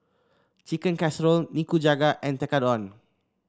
Chicken Casserole Nikujaga and Tekkadon